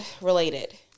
related